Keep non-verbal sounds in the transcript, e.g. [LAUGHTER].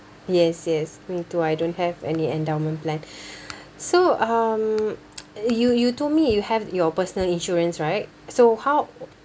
yes yes me too I don't have any endowment plan [BREATH] so um [NOISE] you you told me you have your personal insurance right so how